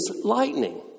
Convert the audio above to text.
lightning